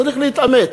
צריך להתאמץ.